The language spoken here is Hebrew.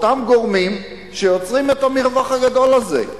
אותם גורמים שיוצרים את המרווח הגדול הזה.